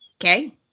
Okay